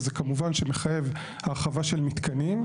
וזה כמובן מחייב הרחבה של מתקנים.